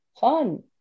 fun